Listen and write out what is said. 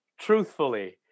truthfully